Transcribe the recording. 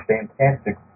Fantastic